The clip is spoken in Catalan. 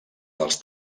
dels